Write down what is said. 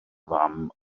fam